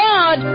God